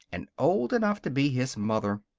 and old enough to be his mother.